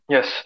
Yes